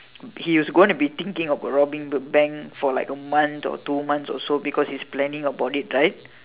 he's going to be thinking about robbing the bank for like a month or two months also because he is planning about it right